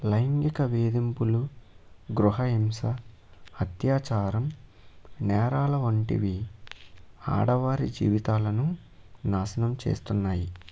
లైంగిక వేధింపులు గృహహింస అత్యాచారం నేరాల వంటివి ఆడవారి జీవితాలను నాశనం చేస్తున్నాయి